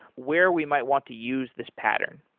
where we might want to use this pattern?